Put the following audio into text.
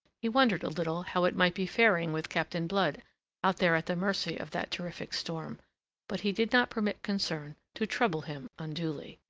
he wondered a little how it might be faring with captain blood out there at the mercy of that terrific storm but he did not permit concern to trouble him unduly.